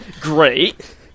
great